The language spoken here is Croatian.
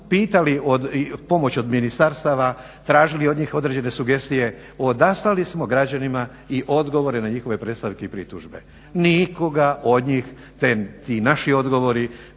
pitali pomoć od ministarstava, tražili od njih određene sugestije odaslali smo građanima i odgovore na njihove predstavke i pritužbe. Nikoga od njih ti naši odgovori,